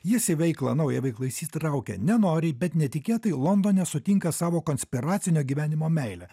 jis ir veiklą naują veiklą įsitraukia nenoriai bet netikėtai londone sutinka savo konspiracinio gyvenimo meilę